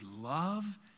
love